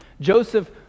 Joseph